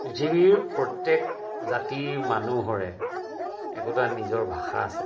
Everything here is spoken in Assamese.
পৃথিৱীৰ প্ৰত্যেক জাতিৰ মানুহৰে একোটা নিজৰ ভাষা আছে